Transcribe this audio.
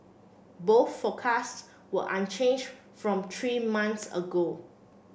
both forecasts were unchanged from three months ago